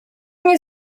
nie